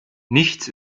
nichts